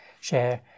share